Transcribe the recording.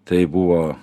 tai buvo